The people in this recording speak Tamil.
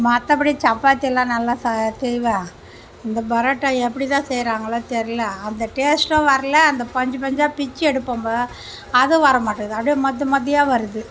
மற்றபடி சப்பாத்திலாம் நல்லா சா செய்வேன் இந்த பரோட்டா எப்படிதான் செய்கிறாங்களோ தெரியல அந்த டேஸ்ட்டும் வரல அந்த பஞ்சு பஞ்சாக பிச்சு எடுப்போம் பா அதுவும் வர மாட்டுது அப்படே மத்து மத்துயா வருது